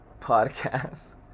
podcast